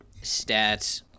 stats